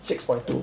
six point two